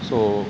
so